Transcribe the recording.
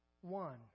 one